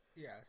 Yes